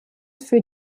für